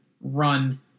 run